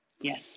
Yes